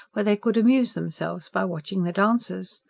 where they could amuse themselves by watching the dancers.